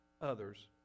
others